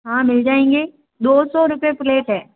हाँ मिल जाएंगे दो सौ रुपए प्लेट है